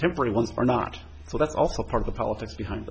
temporary ones are not so that's also part of the politics behind